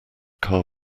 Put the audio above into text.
car